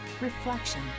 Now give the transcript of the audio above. reflection